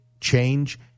change